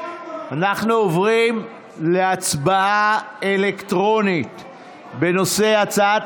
אנחנו עוברים להצבעה אלקטרונית בנושא: הצעת